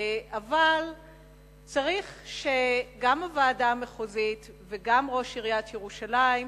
אבל צריך שגם הוועדה המחוזית וגם ראש עיריית ירושלים